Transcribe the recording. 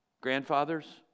grandfathers